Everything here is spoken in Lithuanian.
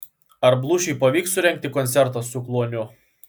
ar blūšiui pavyks surengti koncertą su kluoniu